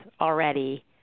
already